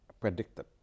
predicted